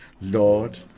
Lord